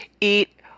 Eat